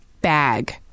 bag